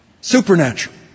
supernatural